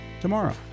tomorrow